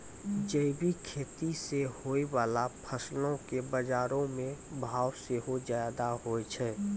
जैविक खेती से होय बाला फसलो के बजारो मे भाव सेहो ज्यादा होय छै